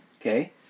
Okay